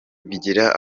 bigera